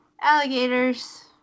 alligators